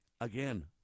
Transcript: Again